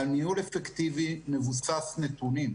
על ניהול אפקטיבי מבוסס נתונים.